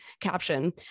caption